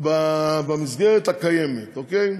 במסגרת הקיימת, אוקיי?